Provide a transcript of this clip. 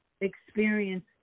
experience